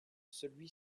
celui